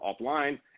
offline